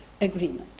agreement